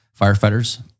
firefighters